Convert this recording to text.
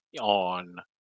on